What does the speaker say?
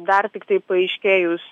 dar tiktai paaiškėjus